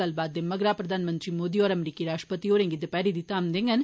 गल्लबात दे मगरा प्रधानमंत्री मोदी होर अमरीकी राश्ट्रति होरें गी दपैहरी दी धाम देंगन